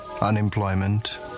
unemployment